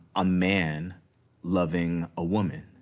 a man loving a woman